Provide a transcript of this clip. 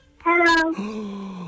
Hello